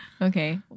Okay